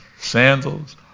sandals